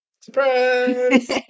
Surprise